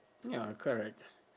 ya correct